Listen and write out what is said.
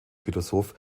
philosoph